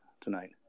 tonight